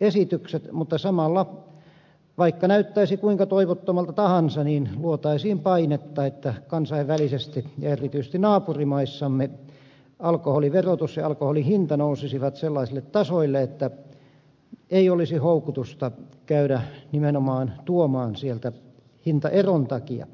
esitykset mutta samalla vaikka näyttäisi kuinka toivottomalta tahansa luotaisiin painetta että kansainvälisesti ja erityisesti naapurimaissamme alkoholiverotus ja alkoholin hinta nousisivat sellaisille tasoille että ei olisi houkutusta käydä nimenomaan tuomaan sieltä hintaeron takia